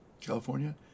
California